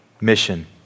mission